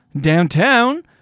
downtown